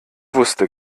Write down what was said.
wusste